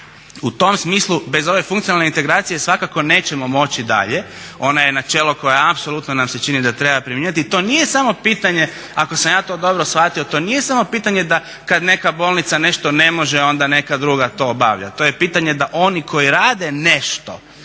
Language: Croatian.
U tom smislu bez ove funkcionalne integracije svakako nećemo moći dalje. Ona je načelo koje apsolutno nam se čini da treba primjenjivati. To nije samo pitanje ako sam ja to dobro shvatio, to nije samo pitanje da kad neka bolnica nešto ne može onda neka druga to obavlja. To je pitanje da oni koji rade nešto